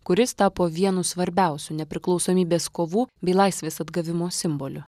kuris tapo vienu svarbiausių nepriklausomybės kovų bei laisvės atgavimo simboliu